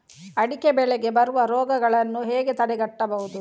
ಅಡಿಕೆ ಬೆಳೆಗೆ ಬರುವ ರೋಗಗಳನ್ನು ಹೇಗೆ ತಡೆಗಟ್ಟಬಹುದು?